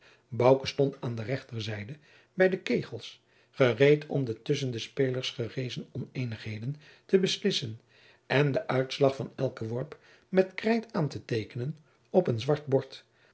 stond aan de rechterzijde bij de kegels gereed om de tusschen de spelers gerezene oneenigheden te beslissen en den uitslag van elken worp met krijt aan te teekenen op een zwart bord